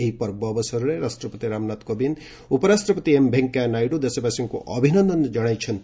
ଏହି ପର୍ବ ଅବସରରେ ରାଷ୍ଟ୍ରପତି ରାମନାଥ କୋବିନ୍ଦ ଉପରାଷ୍ଟପତି ଏମ୍ ଭେଙ୍କିୟା ନାଇଡ଼ ଦେଶବାସୀଙ୍କ ଅଭିନନ୍ଦନ ଜଣାଇଛନ୍ତି